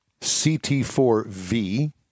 CT4V